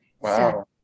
Wow